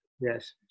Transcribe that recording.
Yes